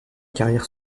carrière